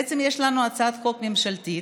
בעצם יש לנו הצעת חוק ממשלתית